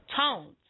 tones